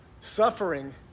Suffering